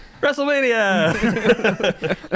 Wrestlemania